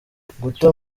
guta